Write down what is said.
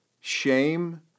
Shame